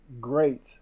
great